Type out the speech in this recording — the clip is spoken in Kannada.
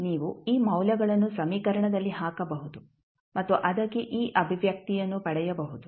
ನೀವು ಈ ಮೌಲ್ಯಗಳನ್ನು ಸಮೀಕರಣದಲ್ಲಿ ಹಾಕಬಹುದು ಮತ್ತು ಅದಕ್ಕೆ ಈ ಅಭಿವ್ಯಕ್ತಿಯನ್ನು ಪಡೆಯಬಹುದು